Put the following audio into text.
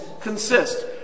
consist